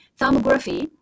Thermography